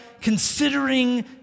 considering